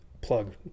plug